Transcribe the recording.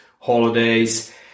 holidays